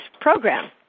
program